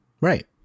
Right